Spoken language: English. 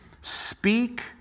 Speak